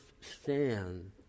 stand